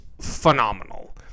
phenomenal